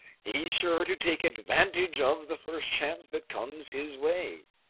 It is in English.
he's sure to take advantage of the first chance that comes his way.